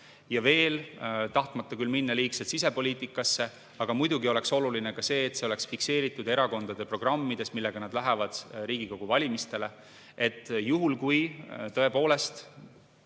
Ja veel, tahtmata küll minna liigselt sisepoliitikasse, oleks muidugi oluline, et see oleks fikseeritud erakondade programmides, millega nad lähevad Riigikogu valimistele. Juhul, kui tõepoolest